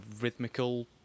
rhythmical